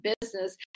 business